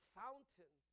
fountain